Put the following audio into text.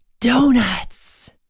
donuts